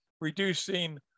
reducing